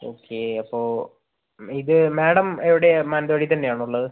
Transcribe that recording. okay അപ്പോൾ ഇത് madam എവിടെയാണ് മാന്തവാടി തന്നെയാണോ ഉള്ളത്